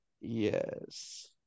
Yes